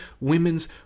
women's